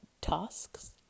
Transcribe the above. tasks